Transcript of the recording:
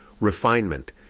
refinement